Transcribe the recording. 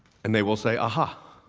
and they will say ah